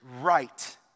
right